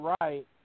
right